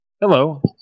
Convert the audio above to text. Hello